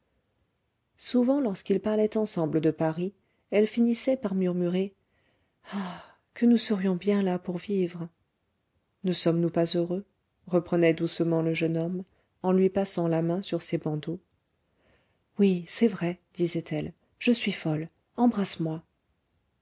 souvent lorsqu'ils parlaient ensemble de paris elle finissait par murmurer ah que nous serions bien là pour vivre ne sommes-nous pas heureux reprenait doucement le jeune homme en lui passant la main sur ses bandeaux oui c'est vrai disait-elle le suis folle embrasse-moi